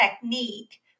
technique